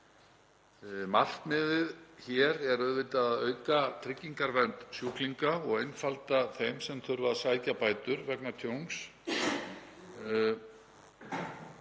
Markmiðið hér er auðvitað að auka tryggingavernd sjúklinga og einfalda þeim sem þurfa að sækja bætur vegna tjóns